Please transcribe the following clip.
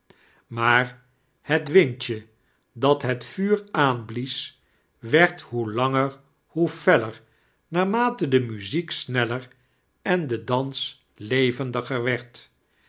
maar het windje dat het vuur aanblies werd hoe hunger hoe feller naarmate de muziek snelter en d dans levendiger werd